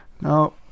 No